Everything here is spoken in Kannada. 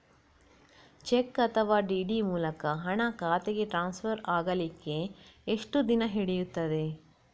ಚೆಕ್ ಅಥವಾ ಡಿ.ಡಿ ಮೂಲಕ ಹಣ ಖಾತೆಗೆ ಟ್ರಾನ್ಸ್ಫರ್ ಆಗಲಿಕ್ಕೆ ಎಷ್ಟು ದಿನ ಹಿಡಿಯುತ್ತದೆ?